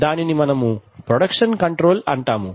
దానిని మనము production control అంటాము